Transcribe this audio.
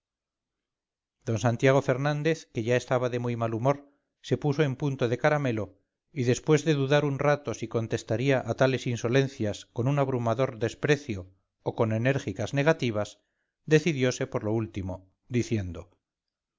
d santiago fernández que ya estaba de muy mal humor se puso en punto de caramelo y después de dudar un rato si contestaría a tales insolencias con un abrumador desprecio o con enérgicas negativas decidiose por lo último diciendo